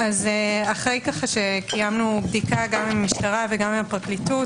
אחרי שקיימנו בדיקה גם עם המשטרה וגם עם הפרקליטות,